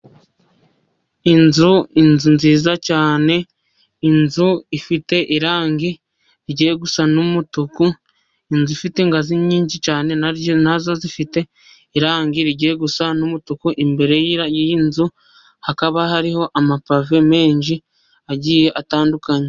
Inzu, inzu nziza cyane, inzu ifite irangi rigiye gusa n'umutuku, inzu ifite ingazi nyinshi cyane, nazo zifite irangi rigiye gusa n'umutuku, imbere y'iyi nzu hakaba hariho amapave menshi agiye atandukanye.